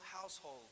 household